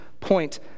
point